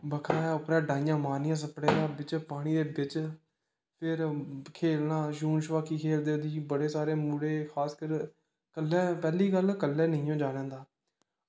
बक्खरा उप्परा दा डाइयां मारनियां छप्पड़ै दे बिच्च पानी दे बिच्च फिर खेलना शू शोआकी खेलदे ओह्दे च बड़े सारे मुड़े खासकरी कल्लै पैह्ली गल्ल कल्ले निं जाना होंदा